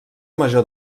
major